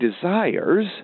desires